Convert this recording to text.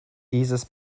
dieses